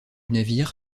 navire